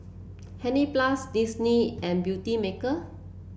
Hansaplast Disney and Beautymaker